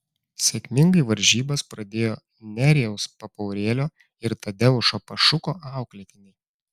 sėkmingai varžybas pradėjo nerijaus papaurėlio ir tadeušo pašuko auklėtiniai